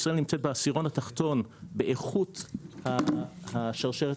ישראל נמצאת בעשירון התחתון באיכות השרשרת